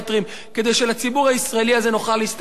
כדי שלציבור הישראלי הזה נוכל להסתכל בעיניים,